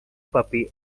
puppy